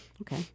Okay